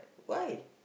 why